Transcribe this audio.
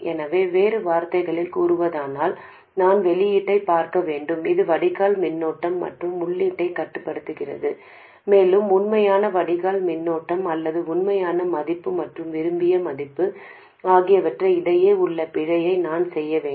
எனவே வேறு வார்த்தைகளில் கூறுவதானால் நான் வெளியீட்டைப் பார்க்க வேண்டும் இது வடிகால் மின்னோட்டம் மற்றும் உள்ளீட்டைக் கட்டுப்படுத்துகிறது மேலும் உண்மையான வடிகால் மின்னோட்டம் அல்லது உண்மையான மதிப்பு மற்றும் விரும்பிய மதிப்பு ஆகியவற்றுக்கு இடையே உள்ள பிழையை நான் செய்ய வேண்டும்